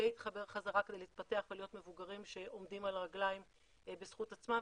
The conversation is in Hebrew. להתחבר חזרה כדי להתפתח ולהיות מבוגרים שעומדים על הרגליים בזכות עצמם.